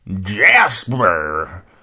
Jasper